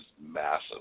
massive